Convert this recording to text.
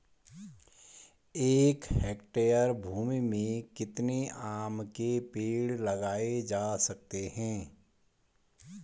एक हेक्टेयर भूमि में कितने आम के पेड़ लगाए जा सकते हैं?